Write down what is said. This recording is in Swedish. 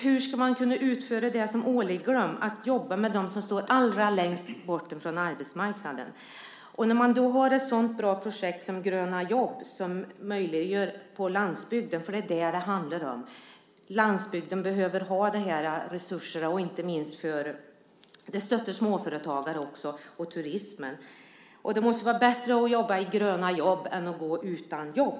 Hur ska de kunna utföra det som åligger dem - att jobba med dem som står allra längst bort från arbetsmarknaden? Man har alltså ett så bra projekt som Gröna jobb som ger landsbygden möjligheter. Det är ju vad det handlar om. Landsbygden behöver dessa resurser. Inte minst stöttar man med detta småföretagarna och turismen. Det måste ju vara bättre att jobba inom Gröna jobb än att gå utan jobb?